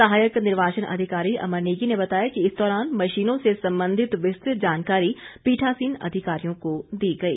सहायक निर्वाचन अधिकारी अमर नेगी ने बताया कि इस दौरान मशीनों से संबंधित विस्तृत जानकारी पीठासीन अधिकारियों को दी गई